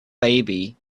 baby